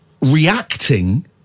reacting